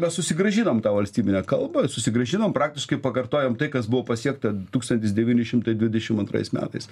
mes susigrąžinom tą valstybinę kalbą susigrąžinom praktiškai pakartojom tai kas buvo pasiekta tūkstantis devyni šimtai dvidešim antrais metais